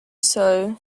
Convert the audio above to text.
sow